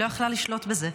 היא לא יכלה לשלוט בזה.